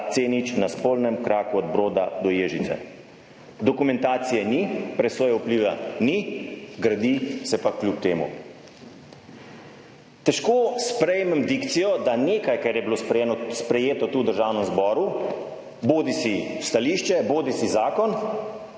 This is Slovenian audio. C0 spornem kraku od Broda do Ježice. Dokumentacije ni, presoje vpliva ni, gradi se pa kljub temu. Težko sprejmem dikcijo, da nekaj, kar je bilo sprejeto tukaj v Državnem zboru, bodisi stališče bodisi zakon,